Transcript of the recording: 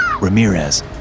Ramirez